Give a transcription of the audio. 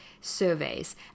surveys